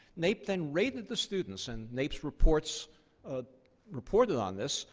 naep then rated the students, and naep reported so ah reported on this,